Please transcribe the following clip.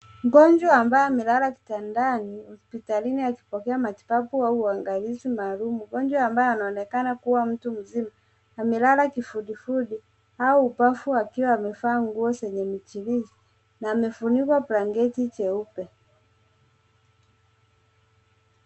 Mgonjwa ambaye amelala kitandani hospitalini, akipokea matibabu au uangalizi maalum .Mgonjwa ambaye anayeonekana kuwa mtu mzima ,amelala kifudifudi au ubavu akiwa amevaa nguo zenye michirizi .na amefunikwa blanketi jeupe.